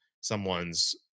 someone's